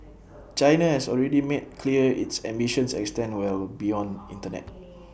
China has already made clear its ambitions extend well beyond Internet